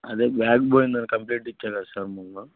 అదే బ్యాగ్ పోయిందని కంప్లయింట్ ఇచ్చాను కదా సార్ మొన్న